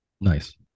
nice